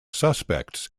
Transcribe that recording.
suspects